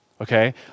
Okay